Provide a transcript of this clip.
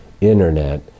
internet